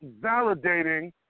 validating